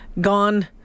gone